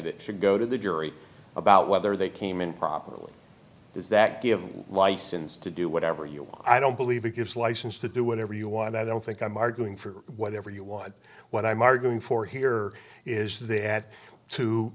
to go to the jury about whether they came in properly does that give license to do whatever you want i don't believe it gives license to do whatever you want i don't think i'm arguing for whatever you want what i'm arguing for here is they had to